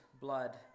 blood